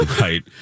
Right